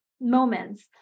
moments